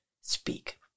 speak